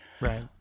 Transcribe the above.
Right